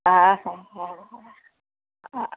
हा हा हा हा हा